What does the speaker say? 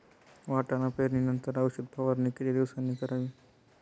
वाटाणा पेरणी नंतर औषध फवारणी किती दिवसांनी करावी?